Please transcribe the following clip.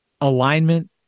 alignment